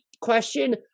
question